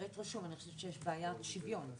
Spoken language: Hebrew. אני חושבת, שוב, שיש בעיה בשוויון.